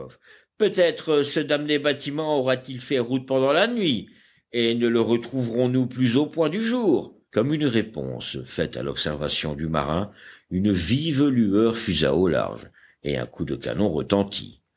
peut-être ce damné bâtiment aura-t-il fait route pendant la nuit et ne le retrouverons nous plus au point du jour comme une réponse faite à l'observation du marin une vive lueur fusa au large et un coup de canon retentit